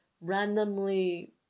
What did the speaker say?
randomly